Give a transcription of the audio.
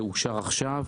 שאושרו עכשיו.